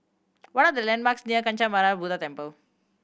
what are the landmarks near Kancanarama Buddha Temple